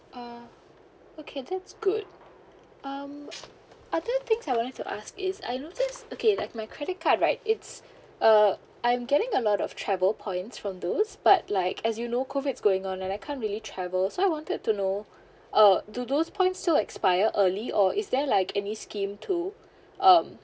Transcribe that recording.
uh okay that's good um other things I wanted to ask is I noticed okay like my credit card right it's uh I'm getting a lot of travel points from those but like as you know COVID is going on and I can't really travel so I wanted to know uh do those points so expire early or is there like any scheme to um